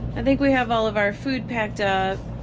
i think we have all of our food packed up.